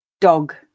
Dog